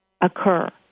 occur